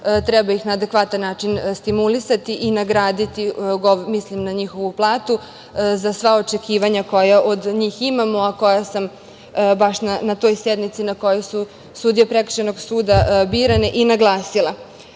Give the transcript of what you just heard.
treba ih na adekvatan način stimulisati i nagraditi, mislim na njihovu platu, za sva očekivanja koja od njih imamo, a koja sam baš na toj sednici na kojoj su sudije prekršajnog suda birane i naglasila. Takođe,